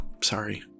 sorry